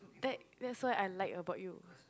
that that's why I like about you